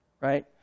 Right